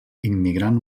immigrant